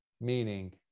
meaning